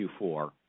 Q4